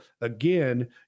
again